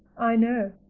i know,